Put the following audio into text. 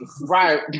right